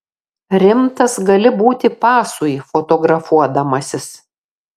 rimtas gali būti pasui fotografuodamasis